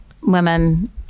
women